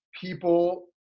people